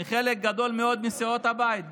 הם חלק גדול מאוד מסיעות הבית,